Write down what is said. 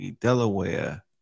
Delaware